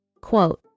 Quote